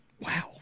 Wow